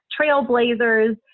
trailblazers